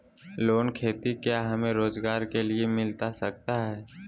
Loan खेती क्या हमें रोजगार के लिए मिलता सकता है?